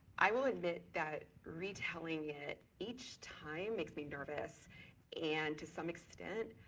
i will admit that retelling it each time makes me nervous and to some extent,